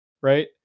right